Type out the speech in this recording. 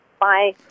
Bye